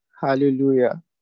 Hallelujah